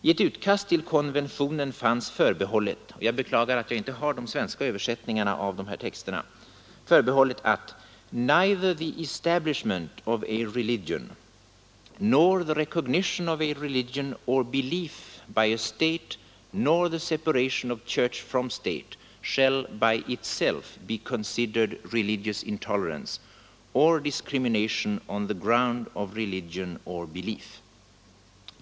I ett utkast till konventionen fanns förbehållet — jag beklagar att jag inte har de svenska översättningarna av de här texterna — att ”neither the establishment of a religion nor the recognition of a religion or belief by a state nor the separation of church from state shall by itself be considered religious intolerance or discrimination on the ground of religion or belief”.